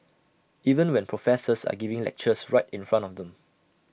even when professors are giving lectures right in front of them